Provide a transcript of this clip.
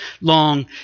long